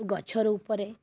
ଗଛରୁ ଉପରେ